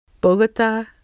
Bogota